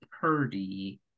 Purdy